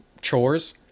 chores